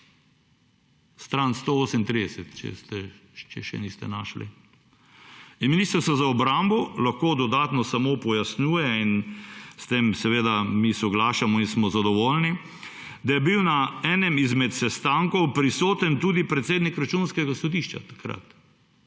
Stran 138, če še niste našli. Ministrstvo za obrambo lahko dodatno samo pojasnjuje in s tem seveda mi soglašamo in smo zadovoljni, da je bil na enem izmed sestankov prisoten tudi predsednik Računskega sodišča takrat.